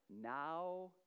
now